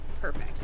Perfect